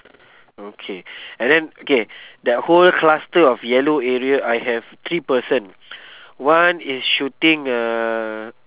okay and then okay that whole cluster of yellow area I have three person one is shooting uh